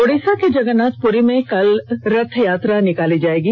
ओड़िसा के जगन्नाथ पुरी में कल रथयात्रा निकलेगी